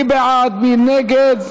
מי בעד ומי נגד?